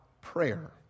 prayer